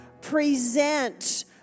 present